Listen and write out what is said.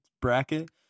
bracket